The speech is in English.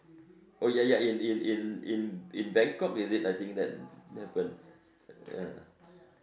oh ya ya in in in in Bangkok is it I think that happened ah